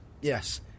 yes